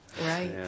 Right